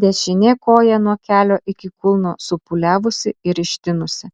dešinė koja nuo kelio iki kulno supūliavusi ir ištinusi